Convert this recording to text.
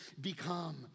become